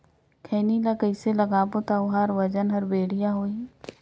खैनी ला कइसे लगाबो ता ओहार वजन हर बेडिया होही?